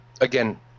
again